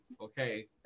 okay